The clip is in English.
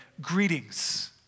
Greetings